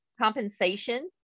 compensation